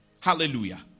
Hallelujah